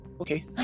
okay